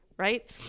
Right